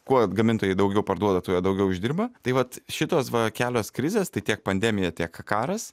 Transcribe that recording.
kuo gamintojai daugiau parduoda tuo jie daugiau uždirba tai vat šitos va kelios krizės tai tiek pandemija tiek karas